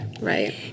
Right